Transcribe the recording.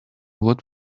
what